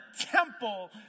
temple